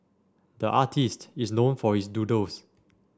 the artist is known for his doodles